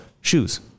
shoes